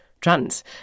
trans